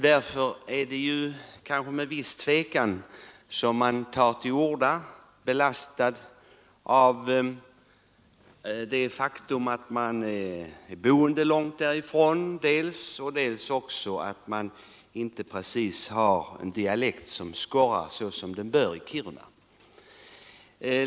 Därför tar jag med viss tvekan till orda, belastad dels av att jag bor långt från den tänkta vägen, dels av att jag inte har en dialekt som skorrar som den bör i Kiruna.